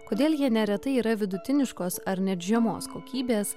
kodėl jie neretai yra vidutiniškos ar net žemos kokybės